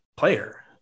player